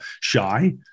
shy